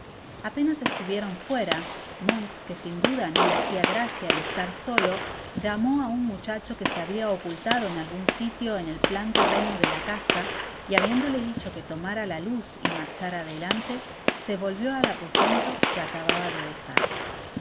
apenas estuvieron fuera monks que sin duda no le hacia gracia el estar solo llamó á un muchacho que se habia ocultado en algun sitio en el plan terreno de la casa y habiéndole dicho que tomara la luz y marchára adelante se volvió al aposento que acababa de dejar